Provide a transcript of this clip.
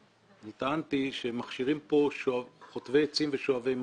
אני טענתי שמכשירים כאן חוטבי עצים ושואבי מים.